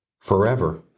Forever